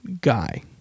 guy